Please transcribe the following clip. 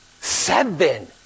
Seven